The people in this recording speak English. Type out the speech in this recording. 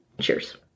Cheers